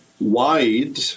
wide